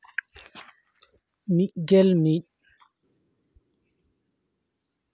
ᱢᱤᱫᱜᱮᱞ ᱢᱤᱫ